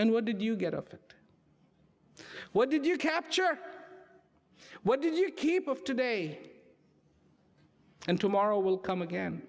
and what did you get of it what did you capture what did you keep of today and tomorrow will come again